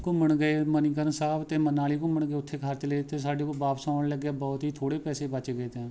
ਘੁੰਮਣ ਗਏ ਮਨੀਕਰਨ ਸਾਹਿਬ ਅਤੇ ਮਨਾਲੀ ਘੁੰਮਣ ਗਏ ਉੱਥੇ ਖਰਚ ਲਏ ਅਤੇ ਸਾਡੇ ਕੋਲ ਵਾਪਸ ਆਉਣ ਲੱਗੇ ਬਹੁਤ ਹੀ ਥੋੜ੍ਹੇ ਪੈਸੇ ਬੱਚ ਗਏ ਤੇ